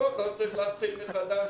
לא, לא צריך להתחיל מחדש.